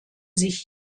sich